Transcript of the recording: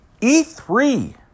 E3